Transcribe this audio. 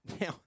Now